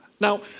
Now